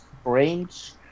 strange